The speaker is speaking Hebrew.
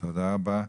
תודה רבה.